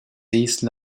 these